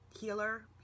Healer